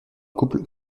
couple